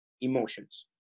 emotions